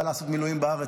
בא לעשות מילואים בארץ,